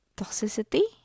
toxicity